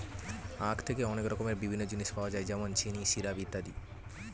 আখ থেকে অনেক রকমের জিনিস পাওয়া যায় যেমন চিনি, সিরাপ ইত্যাদি